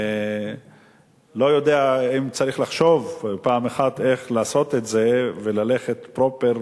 אני לא יודע אם צריך לחשוב פעם אחת איך לעשות את זה וללכת "פרופר",